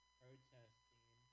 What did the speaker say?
protesting